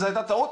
זו הייתה טעות,